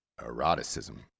eroticism